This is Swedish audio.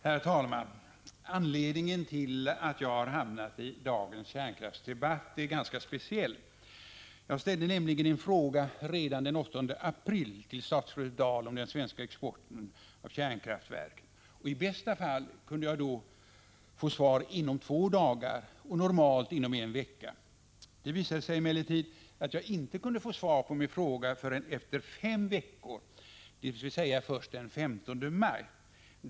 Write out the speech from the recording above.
Herr talman! Anledningen till att jag har hamnat i dagens kärnkraftsdebatt är ganska speciell. Jag ställde nämligen en fråga redan den 8 april till statsrådet Dahl om den svenska exporten av kärnkraftverk. I bästa fall kunde jag då få svar inom två dagar och normalt inom en vecka. Det visade sig emellertid att jag inte kunde få svar på min fråga förrän efter fem veckor, dvs. först den 15 maj.